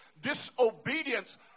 Disobedience